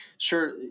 Sure